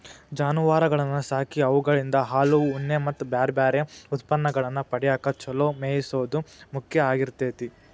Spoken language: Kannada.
ಜಾನುವಾರಗಳನ್ನ ಸಾಕಿ ಅವುಗಳಿಂದ ಹಾಲು, ಉಣ್ಣೆ ಮತ್ತ್ ಬ್ಯಾರ್ಬ್ಯಾರೇ ಉತ್ಪನ್ನಗಳನ್ನ ಪಡ್ಯಾಕ ಚೊಲೋ ಮೇಯಿಸೋದು ಮುಖ್ಯ ಆಗಿರ್ತೇತಿ